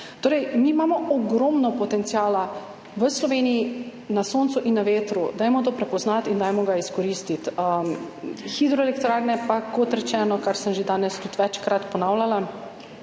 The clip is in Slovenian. Torej, mi imamo ogromno potenciala v Sloveniji v soncu in v vetru. Dajmo to prepoznati in dajmo ga izkoristiti. Hidroelektrarne pa, kot rečeno, kar sem že danes tudi večkrat ponavljala,